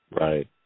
Right